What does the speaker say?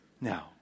Now